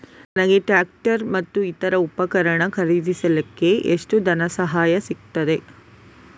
ನನಗೆ ಟ್ರ್ಯಾಕ್ಟರ್ ಮತ್ತು ಇತರ ಉಪಕರಣ ಖರೀದಿಸಲಿಕ್ಕೆ ಎಷ್ಟು ಧನಸಹಾಯ ಸಿಗುತ್ತದೆ?